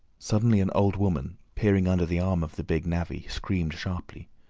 suddenly an old woman, peering under the arm of the big navvy, screamed sharply.